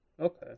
Okay